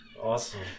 Awesome